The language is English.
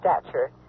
stature